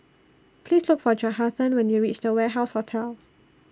Please Look For Johathan when YOU REACH The Warehouse Hotel